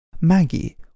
Maggie